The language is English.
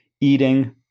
eating